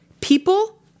People